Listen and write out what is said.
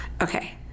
Okay